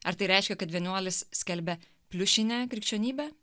ar tai reiškia kad vienuolis skelbia pliušinę krikščionybę